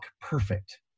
perfect